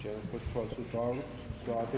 Herr talman!